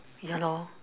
ya lor